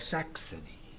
Saxony